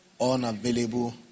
unavailable